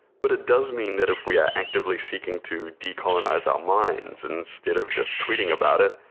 but it does mean that if we are actively seeking to decolonize our minds instead of just tweeting about it,